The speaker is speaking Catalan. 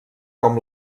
com